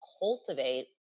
cultivate